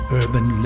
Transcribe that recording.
urban